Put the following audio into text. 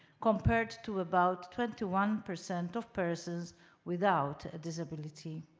compared to about twenty one percent of persons without a disability.